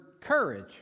courage